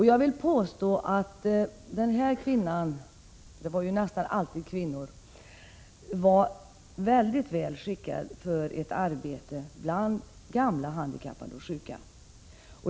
Jag vill påstå att den här kvinnan — det var nästan alltid kvinnor — var väldigt väl skickad för ett arbete bland gamla, handikappade och sjuka.